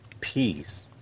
peace